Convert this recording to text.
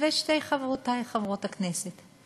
גברתי השרה ושתי חברותי חברות הכנסת,